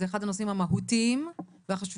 זה אחד הנושאים המהותיים והחשובים,